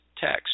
text